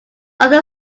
other